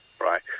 right